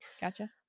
Gotcha